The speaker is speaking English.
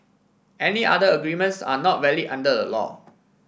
any other agreements are not valid under the law